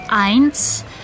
Eins